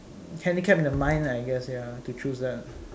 handicapped in the mind lah I guess ya to choose that